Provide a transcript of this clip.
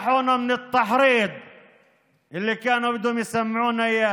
פטרו אותנו מההסתה אשר היו משמיעים לנו,